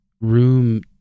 room